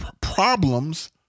problems